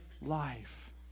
life